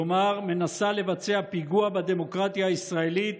כלומר מנסה לבצע פיגוע בדמוקרטיה הישראלית